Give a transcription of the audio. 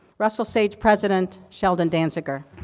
russel sage president, sheldon danziger.